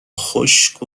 خشک